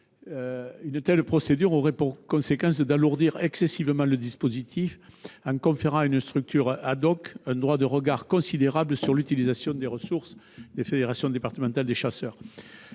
Une telle mesure aurait pour conséquence d'alourdir excessivement le dispositif, en conférant à une structure un droit de regard considérable sur l'utilisation des ressources des fédérations départementales des chasseurs.